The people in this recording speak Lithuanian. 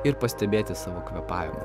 ir pastebėti savo kvėpavimą